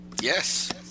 Yes